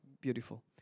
beautiful